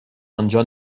آنجا